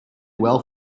well